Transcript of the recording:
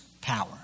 power